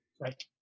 Right